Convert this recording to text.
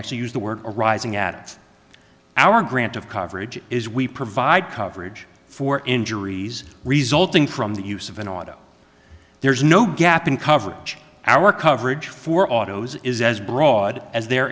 actually use the word arising at our grant of coverage is we provide coverage for injuries resulting from the use of an auto there's no gap in coverage our coverage for autos is as broad as their